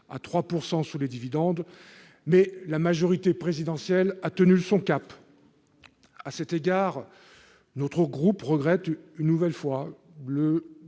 à 3 % sur les dividendes, mais la majorité présidentielle a tenu son cap. À cet égard, notre groupe regrette une nouvelle fois le